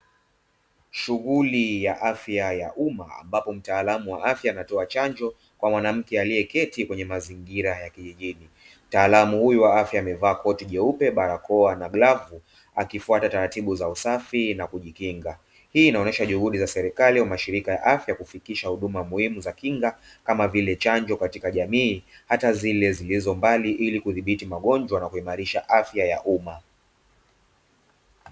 Shughuli ya afya ya umma ambapo mtaalam wa afya anatoa chanjo kwa mwanamke aliyeketi kwenye mazingira ya kijijini, mtaalamu huyu wa afya amevaa koti jeupe barakoa na glavu akifuata taratibu za usafi na kujikinga, hii inaonyesha juhudi za serikali ya mashirika ya afya kufikisha huduma muhimu za kinga kama vile chanjo katika jamii hata zile zilizo mbali ili kudhibiti magonjwa na kuimarisha afya ya umma.